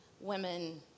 women